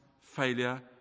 failure